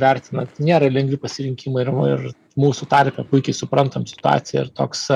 vertinant nėra lengvi pasirinkimai ir ir mūsų tarpe puikiai suprantam situaciją ir toks